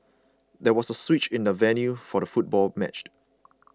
there was a switch in the venue for the football match